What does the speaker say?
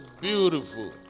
beautiful